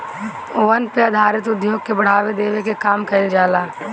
वन पे आधारित उद्योग के बढ़ावा देवे के काम कईल जाला